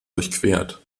durchquert